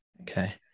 Okay